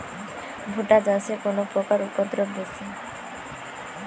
ভুট্টা চাষে কোন পোকার উপদ্রব বেশি?